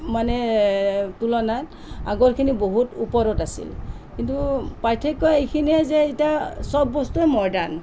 মানে তুলনাত আগৰখিনি বহুত ওপৰত আছিল কিন্তু পাৰ্থক্য এইখিনিয়ে যে এতিয়া চব বস্তুৱে মডাৰ্ণ